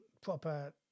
proper